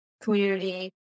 community